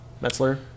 Metzler